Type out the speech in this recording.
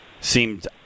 seemed